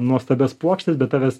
nuostabias puokštes bet tavęs